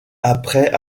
après